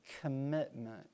commitment